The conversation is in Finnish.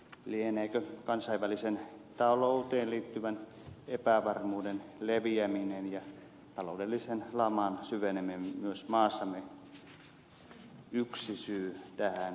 lieneekö kansainväliseen talouteen liittyvän epävarmuuden leviäminen ja taloudellisen laman syveneminen myös maassamme yksi syy tähän kehitykseen